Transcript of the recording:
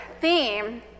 theme